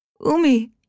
Umi